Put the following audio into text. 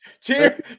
Cheers